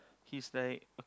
he's like